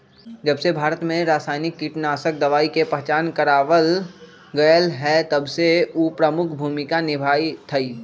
जबसे भारत में रसायनिक कीटनाशक दवाई के पहचान करावल गएल है तबसे उ प्रमुख भूमिका निभाई थई